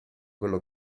quello